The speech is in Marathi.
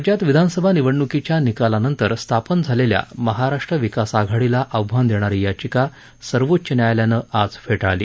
राज्यात विधानसभा निवडण्कीच्या निकालानंतर स्थापन झालेल्या महाराष्ट्र विकास आघाडीला आव्हान देणारी याचिका सर्वोच्च न्यायालयानं आज फेटाळली